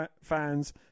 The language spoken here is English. fans